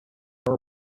are